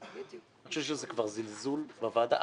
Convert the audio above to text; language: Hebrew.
אני חושב שזה זלזול בוועדה.